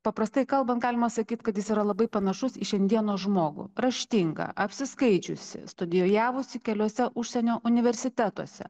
paprastai kalbant galima sakyt kad jis yra labai panašus į šiandienos žmogų raštingą apsiskaičiusį studijojavusį keliose užsienio universitetuose